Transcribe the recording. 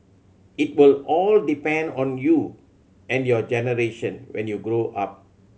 it will all depend on you and your generation when you grow up